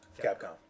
Capcom